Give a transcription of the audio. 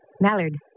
Mallard